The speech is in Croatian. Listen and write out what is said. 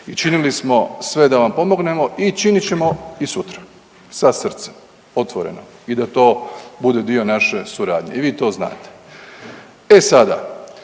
i činili smo sve da vam pomognemo i činit ćemo i sutra, sa srcem, otvoreno i da to bude dio naše suradnje. I vi to znate. E sada,